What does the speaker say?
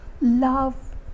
love